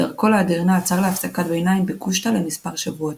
בדרכו לאדירנה עצר להפסקת ביניים בקושטא למשך מספר שבועות.